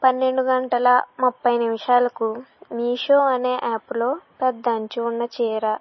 పన్నెండు గంటల ముప్పై నిమిషాలకు మీషో అనే యాప్లో పెద్ద అంచు ఉన్న చీర